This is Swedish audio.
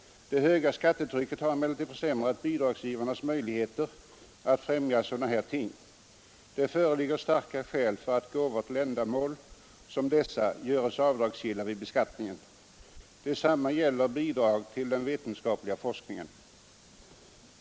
Det höga skattetrycket har emellertid försämrat bidragsgivarnas möjligheter att främja sådana här ting. Det föreligger starka skäl för att gåvor till ändamål som dessa göres avdragsgilla vid beskattningen. Detsamma gäller bidrag till den vetenskapliga forskningen.